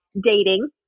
dating